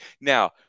Now